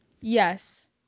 Yes